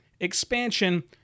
expansion